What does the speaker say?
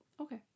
okay